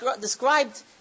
described